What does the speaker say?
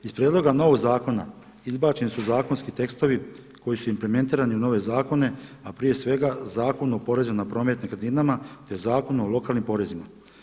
Iz prijedloga novog zakona izbačeni su zakonski tekstovi koji su implementirani na nove zakone, a prije svega Zakon o porezu na promet nekretninama te Zakon o lokalnim porezima.